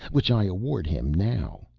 which i award him now.